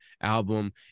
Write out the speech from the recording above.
album